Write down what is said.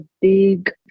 big